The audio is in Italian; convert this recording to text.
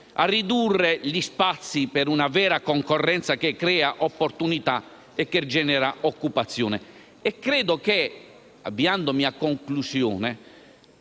a ridurre gli spazi per una vera concorrenza, che crei opportunità e generi occupazione. Avviandomi a conclusione,